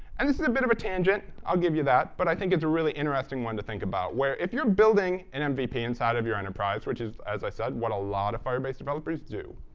and this is a bit of a tangent. i'll give you that. but i think it's a really interesting one to think about where, if you're building an mvp inside of your enterprise, which is, as i said, what a lot of firebase developers do,